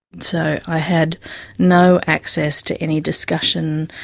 so i had no access to any discussion,